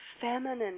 feminine